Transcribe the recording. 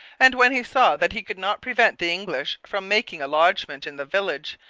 and, when he saw that he could not prevent the english from making a lodgment in the village,